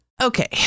Okay